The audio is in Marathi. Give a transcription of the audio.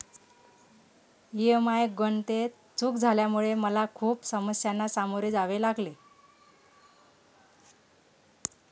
ई.एम.आय गणनेत चूक झाल्यामुळे मला खूप समस्यांना सामोरे जावे लागले